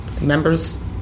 Member's